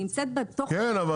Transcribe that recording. נמצאת בתוך הבית המשותף -- כן,